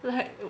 alright